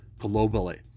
globally